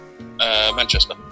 Manchester